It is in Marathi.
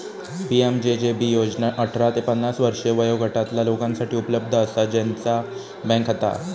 पी.एम.जे.जे.बी योजना अठरा ते पन्नास वर्षे वयोगटातला लोकांसाठी उपलब्ध असा ज्यांचा बँक खाता हा